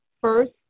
First